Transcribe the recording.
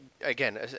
again